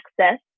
access